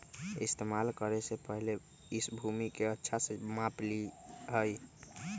इस्तेमाल करे से पहले इस भूमि के अच्छा से माप ली यहीं